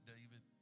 David